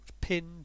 pinned